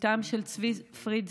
בתם של צבי פריד,